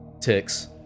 ticks